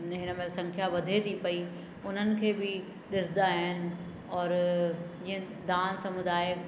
हिन महिल संख्या वधे थी पई उन्हनि खे बि ॾिसंदा आहिनि औरि जीअं दान समुदायक